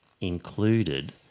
included